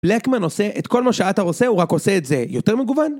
לקמן עושה את כל מה שאתר עושה, הוא רק עושה את זה יותר מגוון?